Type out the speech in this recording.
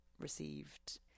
received